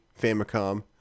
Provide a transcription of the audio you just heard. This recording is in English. Famicom